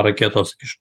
raketos iš